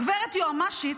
הגברת היועמ"שית,